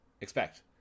expect